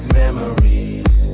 memories